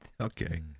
Okay